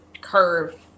curve